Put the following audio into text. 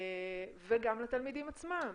וגם לתלמידים עצמם.